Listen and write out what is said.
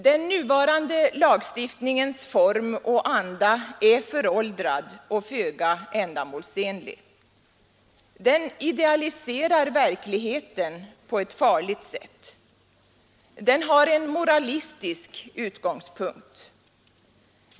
Den nuvarande lagstiftningens form och anda är föråldrad och föga ändamålsenlig. Den idealiserar verkligheten på ett farligt sätt. Den har en moralistisk utgångspunkt.